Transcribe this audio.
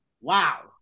Wow